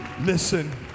Listen